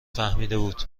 فهمیدهبود